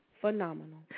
phenomenal